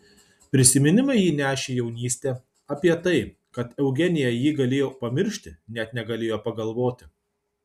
prisiminimai jį nešė į jaunystę apie tai kad eugenija jį galėjo pamiršti net negalėjo pagalvoti